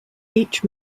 each